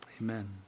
Amen